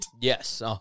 Yes